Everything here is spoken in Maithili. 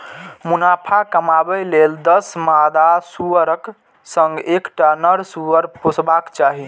मुनाफा कमाबै लेल दस मादा सुअरक संग एकटा नर सुअर पोसबाक चाही